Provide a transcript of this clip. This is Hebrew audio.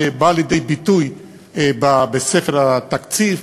שבאה לידי ביטוי בספר התקציב,